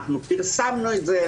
אנחנו פרסמנו את זה,